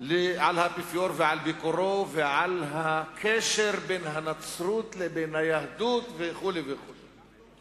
על האפיפיור ועל ביקורו ועל הקשר בין הנצרות לבין היהדות וכו' וכו'.